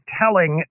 telling